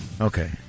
Okay